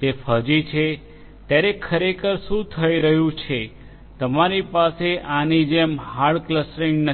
જે ફઝી છે ત્યાં ખરેખર શું થઈ રહ્યું છે તમારી પાસે આની જેમ હાર્ડ ક્લસ્ટરિંગ નથી